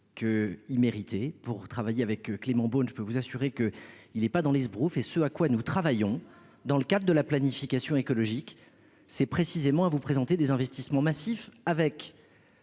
que immérité pour travailler avec Clément Beaune je peux vous assurer que il est pas dans l'esbroufe et ce à quoi nous travaillons dans le cadre de la planification écologique, c'est précisément à vous présenter des investissements massifs, avec,